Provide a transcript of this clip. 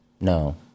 No